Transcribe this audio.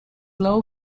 low